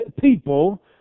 people